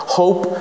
hope